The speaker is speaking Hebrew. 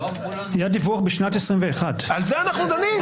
היה דיווח בשנת 2021. על זה אנחנו דנים.